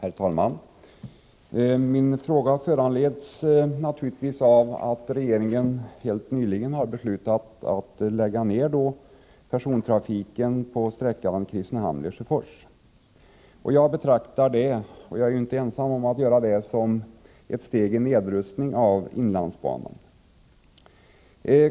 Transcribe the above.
Herr talman! Min fråga är naturligtvis föranledd av att regeringen helt nyligen har beslutat att lägga ned persontrafiken på sträckan Kristinehamn Lesjöfors. Jag betraktar det, och det är jag inte ensam om, som ett steg i nedrustningen av inlandsbanan.